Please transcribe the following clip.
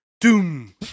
doom